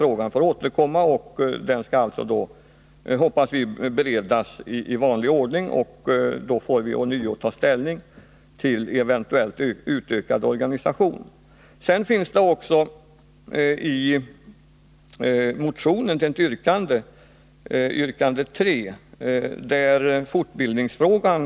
Frågan om dövprästsorganisationens storlek får beredas i vanlig ordning, och sedan får vi ånyo ta ställning till en eventuellt förstärkt organisation. I motionens yrkande 3 tar man upp fortbildningsfrågan.